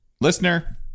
Listener